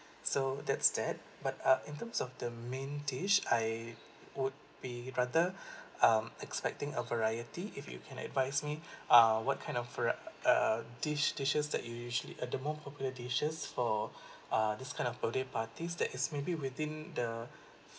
so that stared but up in terms of the main dish I would be rather I'm expecting a variety if you can advise me ah what kind of for a dish dishes that you usually uh the more popular dishes for this kind of birthday parties there is maybe within the